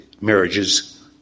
marriages